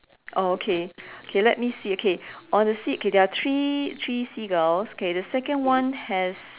oh okay okay let me see okay on the sea okay there are three three seagulls okay the second one has